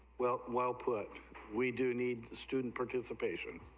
well well put we do need a student participation